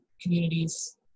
communities